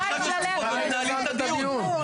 הם יושבים פה ומנהלים את הדיון.